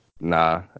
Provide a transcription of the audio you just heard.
Nah